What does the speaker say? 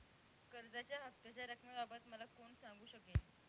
कर्जाच्या हफ्त्याच्या रक्कमेबाबत मला कोण सांगू शकेल?